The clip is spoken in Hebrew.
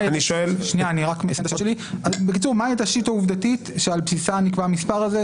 השאלה מה התשתית העובדתית שעל בסיסה נקבע המספר הזה.